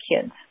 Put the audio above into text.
kids